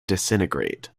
disintegrate